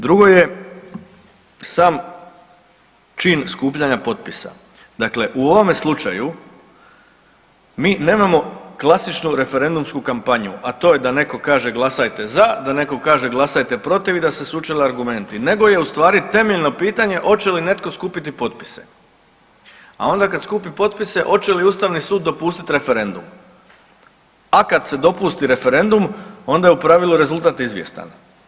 Drugo je sam čin skupljanja potpisa dakle u ovome slučaju mi nemamo klasičnu referendumsku kampanju, a to je da netko kaže glasajte za, da netko kaže glasajte protiv i da se sučele argumenti nego je ustvari temeljno pitanje hoće li netko skupiti potpise, a onda kad skupi potpise hoće li Ustavni sud dopustiti referendum, a kad se dopusti referendum, onda je u pravilu rezultat izvjestan.